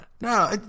no